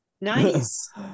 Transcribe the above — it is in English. Nice